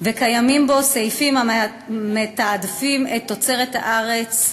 וקיימים בו סעיפים המתעדפים את תוצרת הארץ,